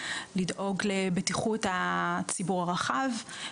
לדאוג לבטיחות הציבור הרחב.